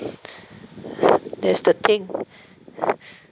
that's the thing